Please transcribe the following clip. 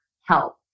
help